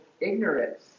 ignorance